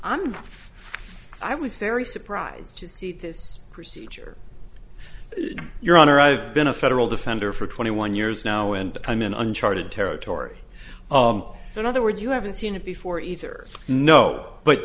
on i was very surprised to see this procedure your honor i've been a federal defender for twenty one years now and i'm in uncharted territory so in other words you haven't seen it before either no but